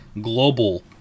global